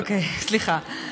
אוקיי, סליחה.